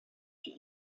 she